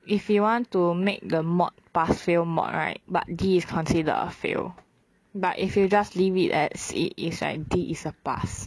if you want to make the mod pass fail mod right but D is considered a fail but if you just leave as it is right D is a pass